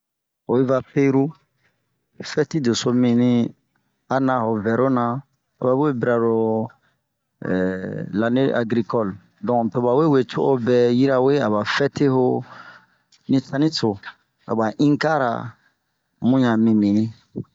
Oyi va pero, fɛti deso nɛmi a naa o vɛro na to ba we bira lo eh lane agirikɔle, donke to ba we we co'o bɛɛ yirawe aba fɛte ho, din saniso aba Inka ra bun ɲan mibini.